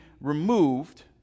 removed